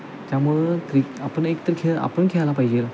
त्यामुळं क्रिक आपण एकतरी खेळ आपन खेळायला पाहिजे